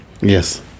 Yes